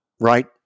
right